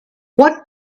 what